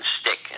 stick